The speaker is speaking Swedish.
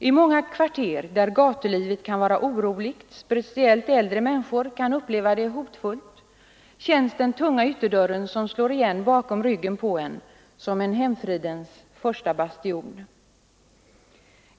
I många kvarter där gatulivet är oroligt — speciellt äldre människor kan uppleva det som hotfullt — känns den tunga ytterdörren som slår igen bakom ryggen på en som hemfridens första bastion.